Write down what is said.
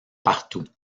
partout